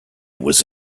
was